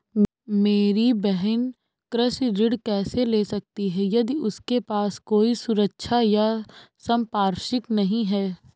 मेरी बहिन कृषि ऋण कैसे ले सकती है यदि उसके पास कोई सुरक्षा या संपार्श्विक नहीं है?